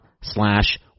slash